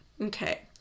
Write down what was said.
Okay